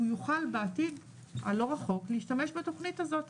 יוכל בעתיד הלא רחוק להשתמש בתוכנית הזאת,